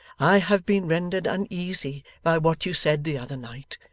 i have been rendered uneasy by what you said the other night,